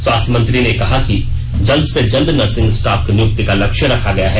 स्वास्थ्य मंत्री ने कहा कि जल्द से जल्द नर्सिंग स्टाफ की नियुक्ति का लक्ष्य रखा गया है